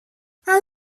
han